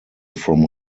from